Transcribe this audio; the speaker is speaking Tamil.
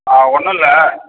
ஆ ஒன்றும் இல்லை